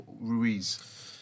Ruiz